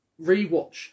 rewatch